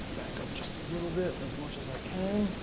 back up just a little bit as much as i can.